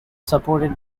supported